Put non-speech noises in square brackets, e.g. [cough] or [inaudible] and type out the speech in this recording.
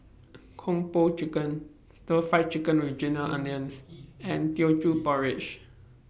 Kung Po Chicken Stir Fried Chicken with Ginger Onions [noise] and Teochew Porridge